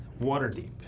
Waterdeep